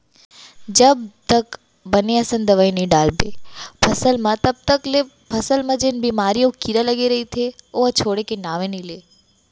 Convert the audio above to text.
जब तक बने असन दवई नइ डालबे फसल म तब तक ले फसल म जेन बेमारी अउ कीरा लगे रइथे ओहा छोड़े के नांव नइ लेवय